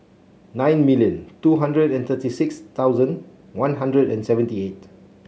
nine million two hundred and thirty six thousand One Hundred and seventy eight